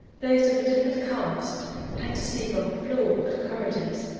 those of a different caste had to sleep on the floor of the corridors,